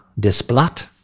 Desplat